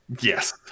Yes